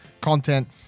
content